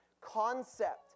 concept